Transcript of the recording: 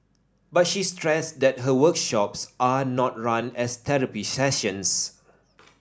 but she stressed that her workshops are not run as therapy sessions